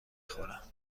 خورم